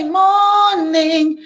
morning